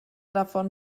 davon